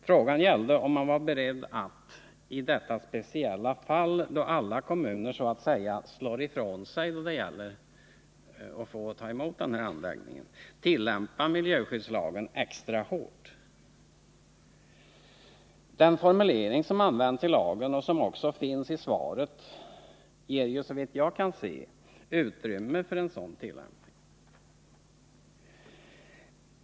Frågan gällde om man var beredd att i detta speciella fall, då alla kommuner så att säga slår ifrån sig när det gäller att ta emot den här anläggningen, tillämpa miljöskyddslagen extra hårt. Den formulering som används i lagen och som också finns i svaret ger såvitt jag kan se utrymme för en sådan tillämpning.